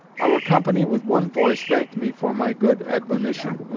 our company with one voice thanked me for my good admonition,